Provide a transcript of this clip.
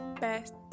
best